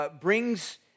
brings